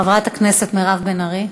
חברת הכנסת מירב בן ארי,